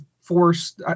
force